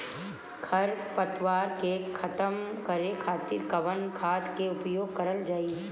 खर पतवार के खतम करे खातिर कवन खाद के उपयोग करल जाई?